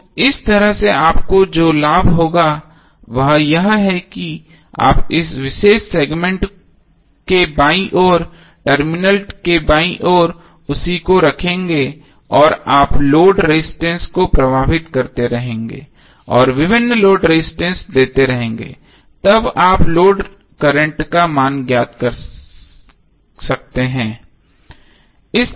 तो इस तरह से आपको जो लाभ होगा वह यह है कि आप इस विशेष सेगमेंट के बाईं ओर टर्मिनल के बाईं ओर उसी को रखेंगे और आप लोड रजिस्टेंस को प्रभावित करते रहेंगे और जब विभिन्न लोड रजिस्टेंस देते रहेंगे तब आप लोड करंट का मान ज्ञात कर सकते हैं